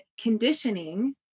conditioning